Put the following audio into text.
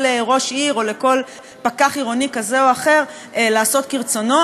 ראש עיר או לכל פקח עירוני כזה או אחר לעשות כרצונו.